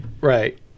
right